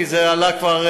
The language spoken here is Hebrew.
כי זה עלה כבר,